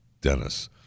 Dennis